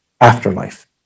afterlife